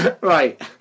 right